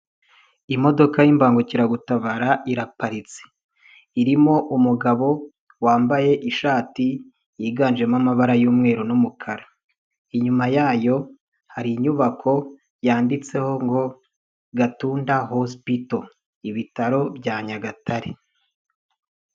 Imodoka y'imbangukiragutabara iraparitse, irimo umugabo wambaye ishati yiganjemo amabara y'umweru n'umukara, inyuma yayo hari inyubako yanditseho ngo Gatunda hosipito, ibitaro bya Nyagatare.